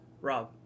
Rob